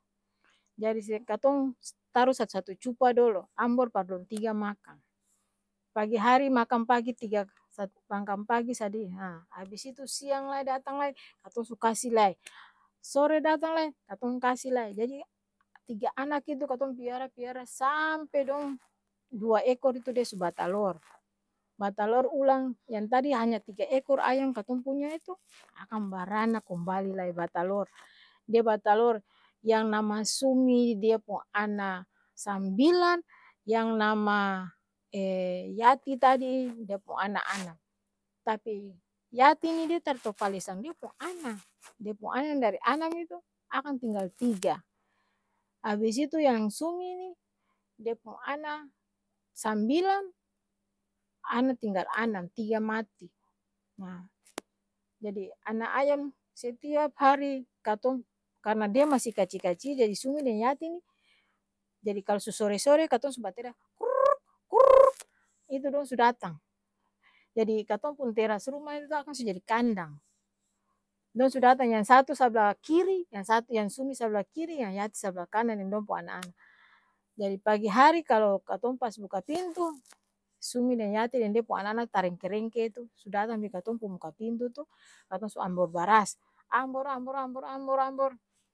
Jadi se' katong taru sat-satu cupa dolo, ambor par dong tiga makang, pagi hari makang pagi tiga sat makang pagi sadi ha abis itu siang lai datang lai, katong su kasi lai, sore datang lai katong kasi lai jadi, tiga anak itu katong piara, piara saampe dong dua ekor itu dia su batalor, batalor ulang yang tadi hanya tiga ekor ayam katong punya itu, akang barana kumbali lai batalor dia batalor, yang nama sumi dia pung ana sambilan, yang nama yati tadi dia pung ana anam, tapi yati ni tar tau kalesang dia pung ana, dia pung ana dari anam itu, akang tinggal tiga, abis itu yang sumi ni, de pung ana sambilang, ana tinggal anam, tiga mati ha jadi ana ayam setiap hari katong karna dia masi kacil-kacil jadi sumi deng yati ni, jadi kalo su sore-sore katong su batarea kuurrrkkk kurrrkkkk itu dong su datang, jadi katong pung teras ruma itu to akang su jadi kandang, dong su datang yang satu sabla kiri, yang sat yang sumi sabla kiri, yang yati sabla kanan deng dong pung ana-ana, jadi pagi hari kalo katong pas buka pintu, sumi deng yati deng dia pung ana-ana tarengke-rengke tu su datang di katong pung muka pintu tu, katong su ambor baras, ambor, ambor, ambor, ambor, ambor.